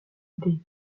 idée